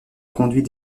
conduits